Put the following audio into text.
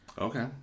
Okay